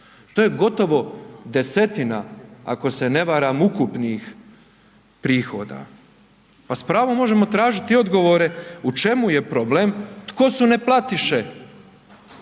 To je gotovo desetina, ako se ne varam ukupnih prihoda. Pa s pravom možemo tražiti odgovore, u čemu je problem, tko su neplatiše?